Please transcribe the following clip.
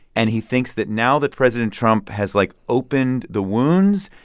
and he thinks that now that president trump has, like, opened the wounds,